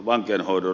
puolella